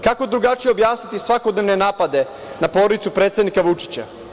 Kako drugačije objasniti svakodnevne napade na porodicu predsednika Vučića?